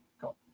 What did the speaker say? Got